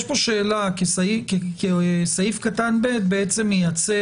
יש פה שאלה, כי סעיף קטן (ב) מייצר